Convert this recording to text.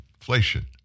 inflation